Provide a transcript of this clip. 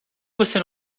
você